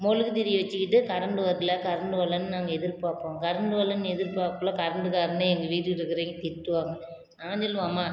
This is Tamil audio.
மெழுகுதிரி வச்சிக்கிட்டு கரண்டு வரல கரண்டு வரலன்னு நாங்கள் எதிர்பார்ப்போம் கரண்டு வரலலேன்னு எதிர்பார்க்குள்ள கரண்டுக்காரனே எங்கள் வீட்டுக்கிட்ட இருக்கிறவைங்க திட்டுவாங்க நான் சொல்லுவேன் அம்மா